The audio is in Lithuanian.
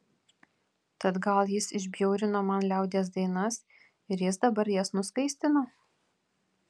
tad gal jis išbjaurino man liaudies dainas ir jis dabar jas nuskaistino